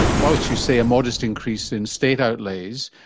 whilst you say a modest increase in state outlays,